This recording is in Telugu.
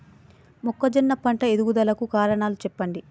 మొక్కజొన్న పంట ఎదుగుదల కు కారణాలు చెప్పండి?